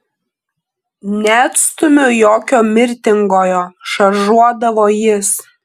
neatstumiu jokio mirtingojo šaržuodavo jis